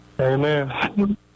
Amen